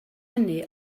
hynny